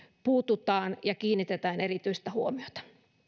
puututaan ja kiinnitetään erityistä huomiota